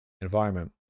Environment